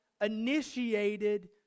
initiated